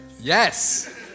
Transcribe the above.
Yes